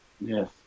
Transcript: Yes